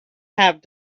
have